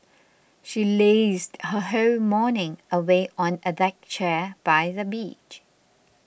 she lazed her whole morning away on a deck chair by the beach